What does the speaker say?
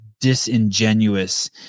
disingenuous